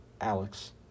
Alex